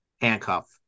handcuff